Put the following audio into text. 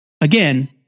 Again